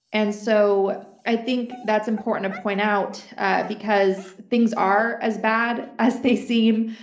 and so i think that's important to point out because things are as bad as they seem.